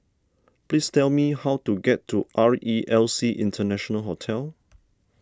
please tell me how to get to R E L C International Hotel